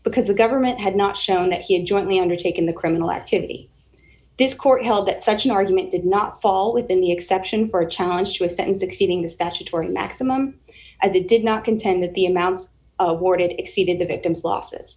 because the government had not shown that he had jointly undertaken the criminal activity this court held that such an argument did not fall within the exception for a challenge to a sentence exceeding the statutory maximum as he did not contend that the amounts of boarded exceeded the victim's losses